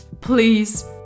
please